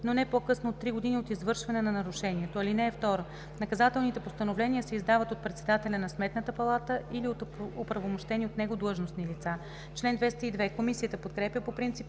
но не по-късно от три години от извършване на нарушението. (2) Наказателните постановления се издават от председателя на Сметната палата или от оправомощени от него длъжностни лица.“ Комисията подкрепя по принцип